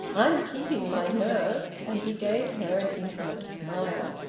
i'm keeping my nerve. and he gave her an intimate smile.